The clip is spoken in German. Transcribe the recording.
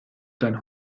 deinen